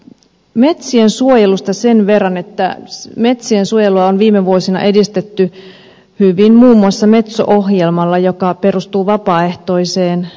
metsien suojelusta sen verran että metsien suojelua on viime vuosina edistetty hyvin muun muassa metso ohjelmalla joka perustuu vapaaehtoiseen metsänsuojeluun